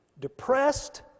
depressed